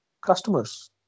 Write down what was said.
customers